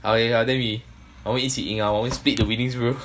!haiya! then we always 我们一起赢 ah 我们 split the winnings bro